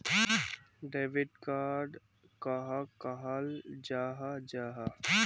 Debit card कहाक कहाल जाहा जाहा?